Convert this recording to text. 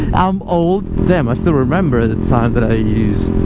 i'm old damn i still remember the time that i used